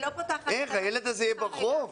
הילד הזה יהיה ברחוב?